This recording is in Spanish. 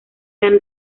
han